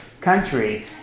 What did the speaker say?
country